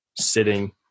sitting